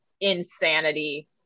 insanity